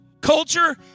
culture